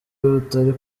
utari